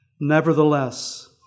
Nevertheless